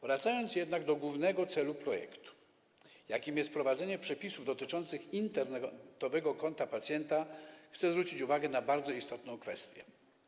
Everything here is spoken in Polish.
Wracając jednak do głównego celu projektu, jakim jest wprowadzenie przepisów dotyczących internetowego konta pacjenta, chcę zwrócić uwagę na bardzo istotną kwestię.